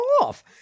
off